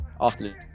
afternoon